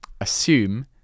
assume